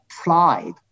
applied